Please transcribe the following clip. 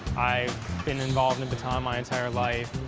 i've been involved in baton my entire life.